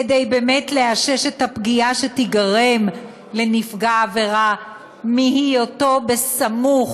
כדי באמת לאשש את הפגיעה שתיגרם לנפגע העבירה מהיותו סמוך